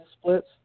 splits